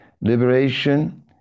Liberation